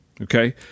Okay